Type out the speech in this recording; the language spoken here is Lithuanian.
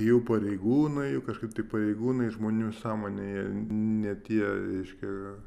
jau pareigūnai kažkaip tai pareigūnai žmonių sąmonėje ne tie reiškia